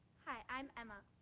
hi, i'm emma.